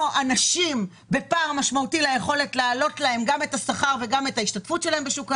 הנשים בפער משמעותי מבחינת השכר וההשתתפות שלהן בשוק העבודה,